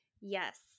Yes